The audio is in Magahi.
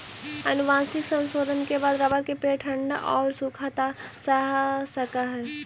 आनुवंशिक संशोधन के बाद रबर के पेड़ ठण्ढ औउर सूखा सह सकऽ हई